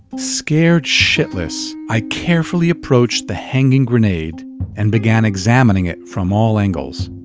scared shitless, i carefully approached the hanging grenade and began examining it from all angles.